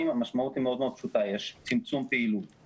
המשמעות היא מאוד מאוד פשוטה יש צמצום פעילות.